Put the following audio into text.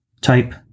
Type